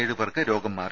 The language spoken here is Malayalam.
ഏഴു പേർക്ക് രോഗം മാറി